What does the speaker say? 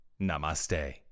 Namaste